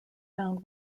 found